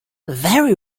very